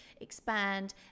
expand